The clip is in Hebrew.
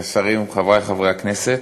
השרים, חברי חברי הכנסת,